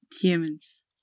humans